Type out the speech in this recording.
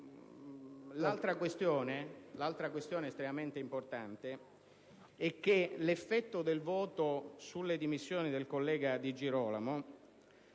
L'altra questione estremamente importante è che l'effetto del voto sulle dimissioni del collega Di Girolamo